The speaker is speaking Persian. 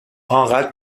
انقدر